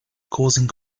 causing